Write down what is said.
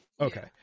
Okay